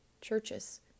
churches